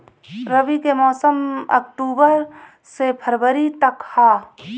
रबी के मौसम अक्टूबर से फ़रवरी तक ह